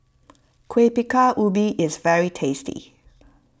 Kueh Bingka Ubi is very tasty